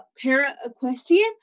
para-equestrian